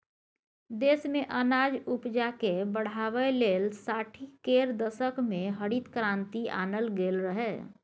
देश मे अनाज उपजाकेँ बढ़ाबै लेल साठि केर दशक मे हरित क्रांति आनल गेल रहय